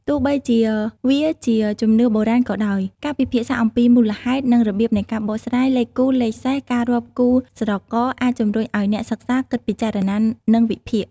ទោះបីជាវាជាជំនឿបុរាណក៏ដោយ ការពិភាក្សាអំពីមូលហេតុ និងរបៀបនៃការបកស្រាយ លេខគូ លេខសេស ការរាប់គូស្រករ អាចជំរុញឲ្យអ្នកសិក្សាគិតពិចារណា និងវិភាគ។